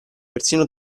persino